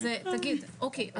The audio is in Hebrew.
אוקיי,